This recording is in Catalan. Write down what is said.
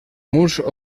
murs